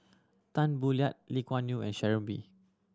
Tan Boo Liat Lee Kuan Yew and Sharon Wee